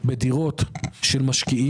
בדיון בוועדה.